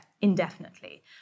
indefinitely